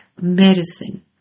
medicine